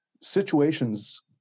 situations